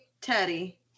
Teddy